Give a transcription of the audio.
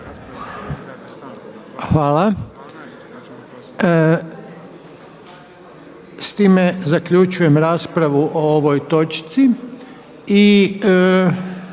Hvala. S time zaključujem raspravu o ovoj točci